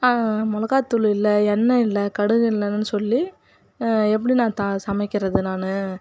மிளகாத்தூளு இல்லை எண்ணெய் இல்லை கடுகு இல்லேனு சொல்லி எப்படி நான் தா சமைக்கிறது நான்